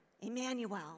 Emmanuel